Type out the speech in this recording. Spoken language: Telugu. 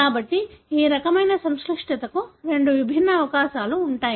కాబట్టి ఈ రకమైన సంక్లిష్టతకు రెండు విభిన్న అవకాశాలు ఉన్నాయి